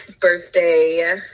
birthday